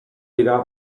dira